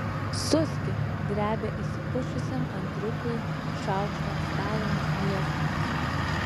suski drebia išsipusčiusiam andriukui šaukštą ant stalo nusviesdamas